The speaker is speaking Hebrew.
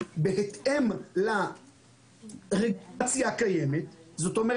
על מנת להקל על עמיתיכם למחקר ולפיתוח וכדי לקדם אותו ולאפשר